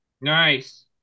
Nice